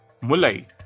Mulai